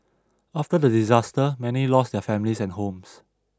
after the disaster many lost their families and homes